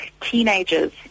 teenagers